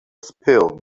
spilled